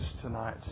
tonight